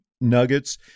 nuggets